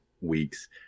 weeks